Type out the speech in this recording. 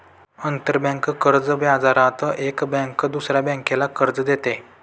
आंतरबँक कर्ज बाजारात एक बँक दुसऱ्या बँकेला कर्ज देते